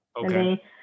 Okay